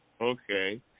Okay